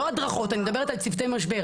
לא הדרכות, אני מדברת על צוותי משבר.